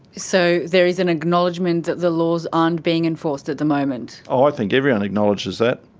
so there is an acknowledgement that the laws aren't being enforced at the moment? oh i think everyone acknowledges that.